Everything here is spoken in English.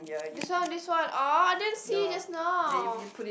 this one this one ah I didn't see just now